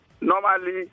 normally